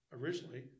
originally